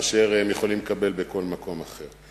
מאשר הם יכולים לקבל בכל מקום אחר.